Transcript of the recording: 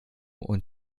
und